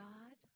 God